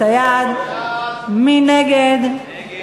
סיעת מרצ